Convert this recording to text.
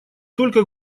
только